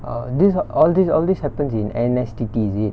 orh this all this all this happens in N_S_T_T is it